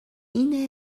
اینه